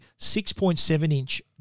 6.7-inch